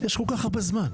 יש כל כך הרבה זמן,